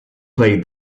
played